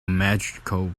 magical